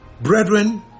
Brethren